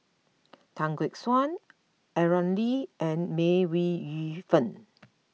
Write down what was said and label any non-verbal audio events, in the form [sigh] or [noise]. Tan Gek Suan Aaron Lee and May [unintelligible] Yu Fen